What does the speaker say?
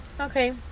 Okay